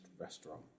restaurant